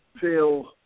feel